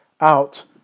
out